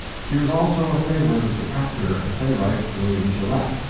she was also a favorite of the actor and playwright, william gillette,